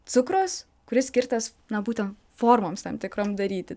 cukraus kuris skirtas na būtent formoms tam tikrom daryti